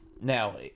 now